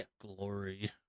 glory